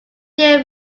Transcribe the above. year